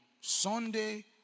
Sunday